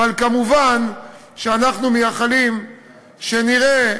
אבל מובן שאנחנו מייחלים שנראה